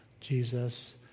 Jesus